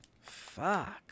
Fuck